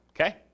Okay